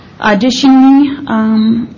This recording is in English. Additionally